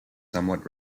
somewhat